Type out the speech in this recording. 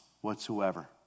whatsoever